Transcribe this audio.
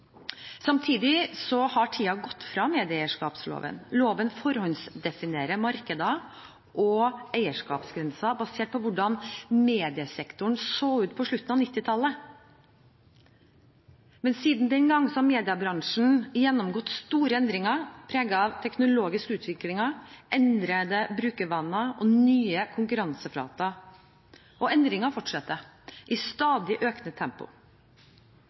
Samtidig har tiden gått fra medieeierskapsloven. Loven forhåndsdefinerer markeder og eierskapsgrenser basert på hvordan mediesektoren så ut på slutten av 1990-tallet. Men siden den gangen har mediebransjen gjennomgått store endringer preget av teknologiske utviklinger, endrede brukervaner og nye konkurranseflater, og endringene fortsetter i stadig økende tempo.